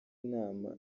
nama